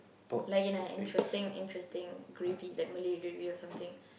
like an interesting interesting gravy that Malay grill or something